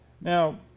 Now